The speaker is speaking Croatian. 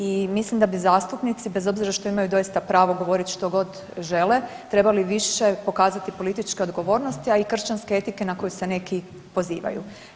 I mislim da bi zastupnici bez obzira što imaju doista pravo govoriti što god žele trebali više pokazati političke odgovornosti, a i kršćanske etike na koju se neki pozivaju.